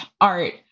art